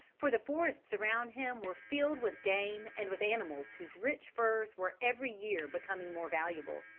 for the forests around him were filled with game and with animals whose rich furs were every year becoming more valuable.